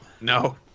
No